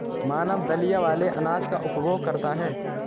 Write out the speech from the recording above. मानव दलिया वाले अनाज का उपभोग करता है